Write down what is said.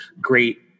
great